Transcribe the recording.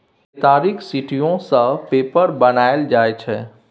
केतारीक सिट्ठीयो सँ पेपर बनाएल जाइ छै